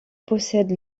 possède